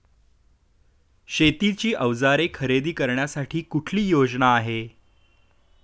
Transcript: शेतीची अवजारे खरेदी करण्यासाठी कुठली योजना आहे?